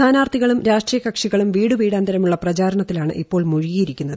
സ്ഥാനാർത്ഥികളും രാഷ്ട്രീയ കക്ഷികളും വീടുവീടാന്തരമുള്ള പ്രചാരണത്തിലാണ് ഇപ്പോൾ മുഴുകിയിരിക്കുന്നത്